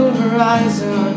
horizon